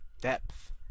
depth